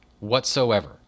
whatsoever